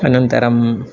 अनन्तरम्